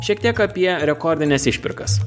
šiek tiek apie rekordines išpirkas